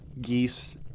geese